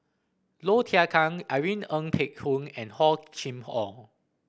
Low Thia Khiang Irene Ng Phek Hoong and Hor Chim Or